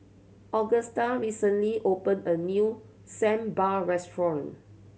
Augusta recently opened a new Sambar restaurant